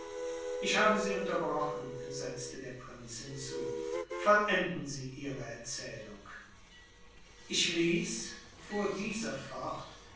ich habe sie unterbrochen setzte der prinz hinzu vollenden sie ihre erzählung ich